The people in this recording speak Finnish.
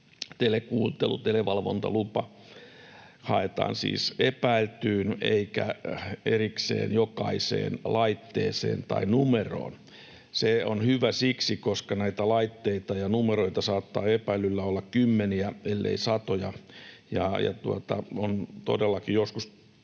telekuuntelu. Televalvontalupa haetaan siis epäiltyyn eikä erikseen jokaiseen laitteeseen tai numeroon. Se on hyvä siksi, koska näitä laitteita ja numeroita saattaa epäillyllä olla kymmeniä, ellei satoja,